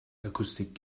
acoustic